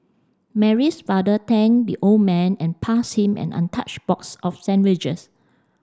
Mary's father thanked the old man and passed him an untouched box of sandwiches